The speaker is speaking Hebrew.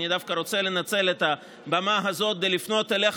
אני דווקא רוצה לנצל את הבמה הזו כדי לפנות אליך,